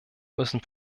müssen